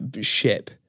ship